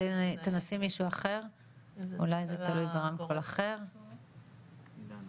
להמשיך ולסייע לעולים חדשים